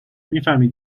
میفهمی